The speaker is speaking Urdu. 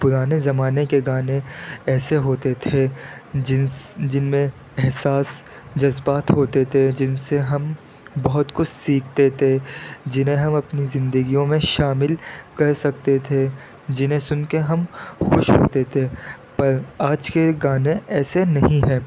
پرانے زمانے کے گانے ایسے ہوتے تھے جن جن میں احساس جذبات ہوتے تھے جن سے ہم بہت کچھ سیکھتے تھے جنہیں ہم اپنی زندگیوں میں شامل کر سکتے تھے جنہیں سن کے ہم خوش ہوتے تھے پر آج کے گانے ایسے نہیں ہیں